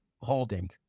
holding